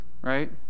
Right